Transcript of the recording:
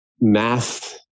math